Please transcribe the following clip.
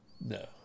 No